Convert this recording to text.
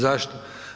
Zašto?